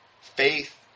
Faith